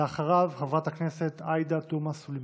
ואחריו, חברת הכנסת עאידה תומא סלימאן.